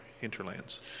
hinterlands